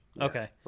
Okay